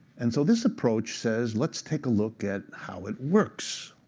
and so this approach says, let's take a look at how it works